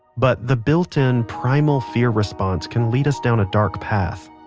but the built-in, primal fear response can lead us down a dark path